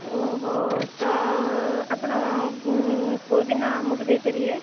ଓହୋ ଆପଣ କୋଉ ଦିନ ଆମକୁ ଦେଇପାରିବେ